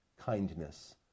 kindness